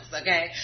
okay